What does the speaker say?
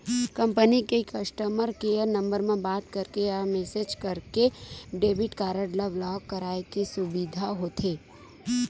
company के customer care number म बात करके या मेसेज करके डेबिट कारड ल ब्लॉक कराए के सुबिधा होथे